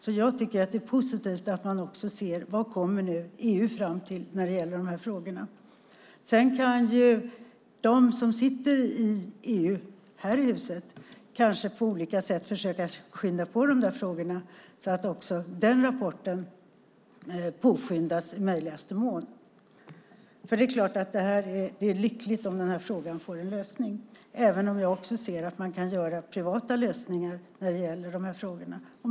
Jag tycker därför att det är positivt att man ser vad EU kommer fram till när det gäller dessa frågor. Sedan kan de här i huset som sitter i EU kanske försöka att på olika sätt skynda på frågorna så att också den rapporten påskyndas i möjligaste mån. Det är klart att det vore lyckligt om frågan fick en lösning, även om jag ser att man kan göra privata lösningar.